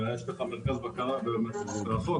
ויש מרכז בקרה מרחוק,